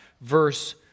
verse